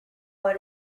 what